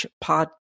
pod